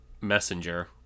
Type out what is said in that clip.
Messenger